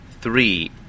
three